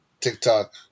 TikTok